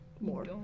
more